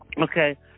Okay